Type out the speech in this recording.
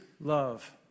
love